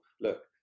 look